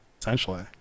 Essentially